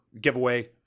giveaway